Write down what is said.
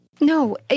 no